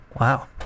Wow